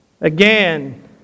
Again